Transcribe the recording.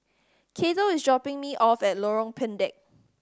Cato is dropping me off at Lorong Pendek